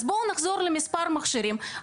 אז בואו נחזור למספר המכשירים.